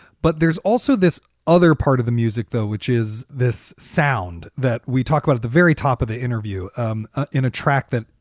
but there's also this other part of the music, though, which is this sound that we talk about at the very top of the interview um ah in a track that,